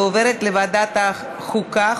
ועוברת לוועדת החוקה,